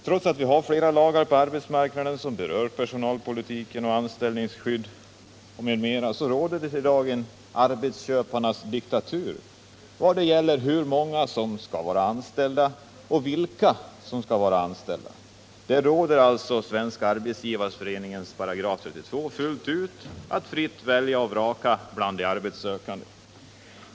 Trots att vi har flera lagar på arbetsmarknaden som rör personalpolitik och anställningsskydd m.m. råder det i dag en arbetsköparnas diktatur vad gäller hur många och vilka som skall vara anställda. Svenska arbetsgivareföreningens § 32 råder alltså — arbetsköparna kan fritt välja och vraka bland de arbetssökande.